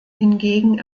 hingegen